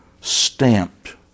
stamped